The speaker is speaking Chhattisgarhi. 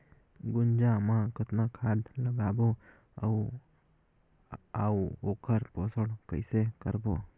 गुनजा मा कतना खाद लगाबो अउ आऊ ओकर पोषण कइसे करबो?